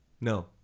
No